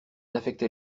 affectait